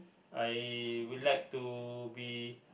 I would like to be